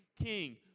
king